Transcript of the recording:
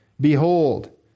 Behold